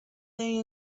they